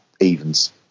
evens